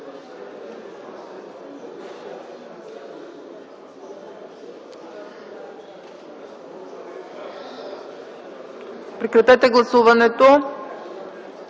Прекратете гласуването